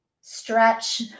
stretch